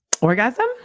Orgasm